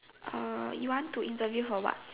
you want to interview her what